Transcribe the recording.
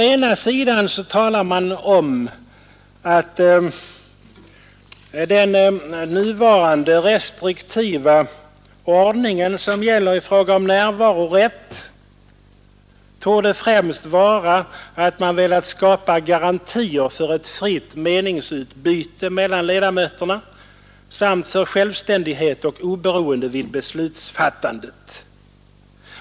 Man talar om att den nuvarande ”Trestriktiva ordningen som gäller i fråga om närvarorätt främst torde bero på att man velat skapa garantier för ett fritt meningsutbyte mellan ledamöterna samt för självständighet och oberoende vid beslutsfattande”.